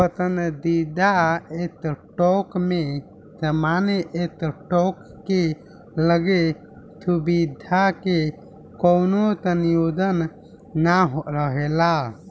पसंदीदा स्टॉक में सामान्य स्टॉक के लगे सुविधा के कवनो संयोजन ना रहेला